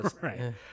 Right